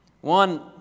One